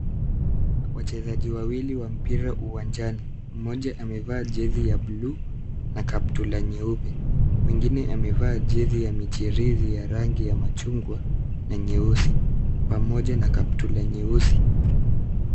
Wachezaji wawili wa mpira uwanjani. Mmoja amevaa jezi ya buluu na kaptura nyeupe. Mwingine amevaa jezi ya michirizi ya rangi ya machungwa na nyeusi pamoja na kaptura nyeusi.